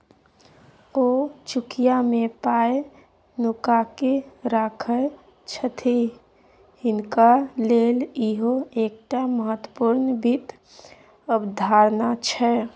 ओ चुकिया मे पाय नुकाकेँ राखय छथि हिनका लेल इहो एकटा महत्वपूर्ण वित्त अवधारणा छै